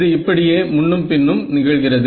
இது இப்படியே முன்னும் பின்னும் நிகழ்கிறது